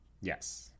Yes